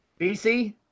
BC